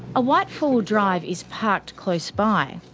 a white four-wheel drive is parked close by.